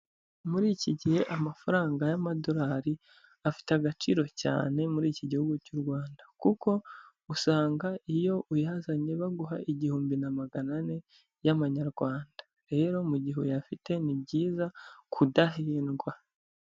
Muri iki gihe amafaranga y'amadorari afite agaciro cyane muri iki gihugu cy'u Rwanda kuko usanga iyo uyazanye baguha igihumbi na magana ane y'amanyarwanda. Rero mu gihe uyafite ni byiza kudahindwa.